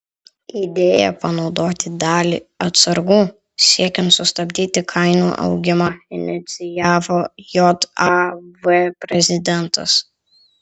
idėją panaudoti dalį atsargų siekiant sustabdyti kainų augimą inicijavo jav prezidentas